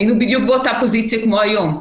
היינו בדיוק באותה פוזיציה כמו היום.